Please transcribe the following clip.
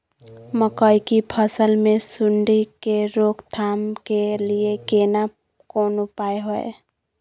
मकई की फसल मे सुंडी के रोक थाम के लिये केना कोन उपाय हय?